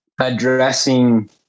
addressing